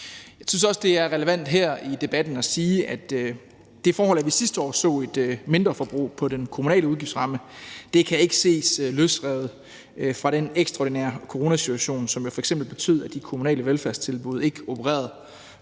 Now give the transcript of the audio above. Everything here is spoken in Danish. Jeg synes også, det er relevant her i debatten at sige, at det forhold, at vi sidste år så et mindreforbrug på den kommunale udgiftsramme, ikke kan ses løsrevet fra den ekstraordinære coronasituation, som f.eks. betød, at de kommunale velfærdstilbud ud fra